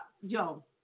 yo